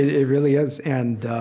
it really is. and